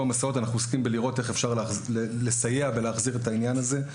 המסעות אנחנו עוסקים בסיוע להחזרת העניין הזה.